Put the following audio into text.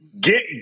Get